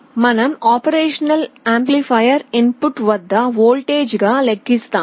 మనం op amp input వద్ద voltage గా లెక్కిస్తాము